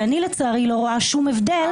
אני לצערי לא רואה שום הבדל,